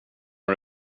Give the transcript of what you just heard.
har